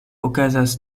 okazas